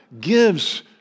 gives